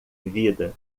vida